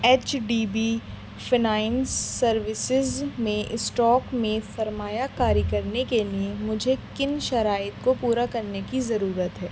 H D B finance services میں stock میں سرمایہ کاری کرنے کے لیے مجھے کن شرائط کو پورا کرنے کی ضرورت ہے